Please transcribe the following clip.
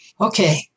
Okay